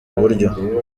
buryo